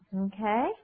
Okay